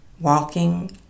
walking